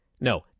No